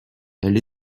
elle